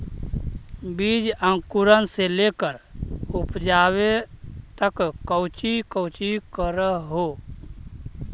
बीज अंकुरण से लेकर उपजाबे तक कौची कौची कर हो?